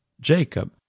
Jacob